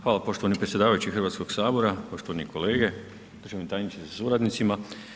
Hvala poštovani predsjedavajući Hrvatskoga sabora, poštovani kolege, državni tajniče sa suradnicima.